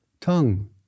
tongue